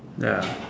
ya